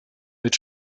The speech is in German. mit